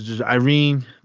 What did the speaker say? Irene